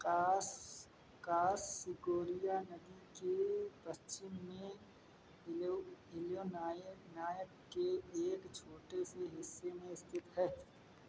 कास कासकोरिया नदी के पश्चिम में इलयो इलयोनॉय नायक के एक छोटे से हिस्से में स्थित है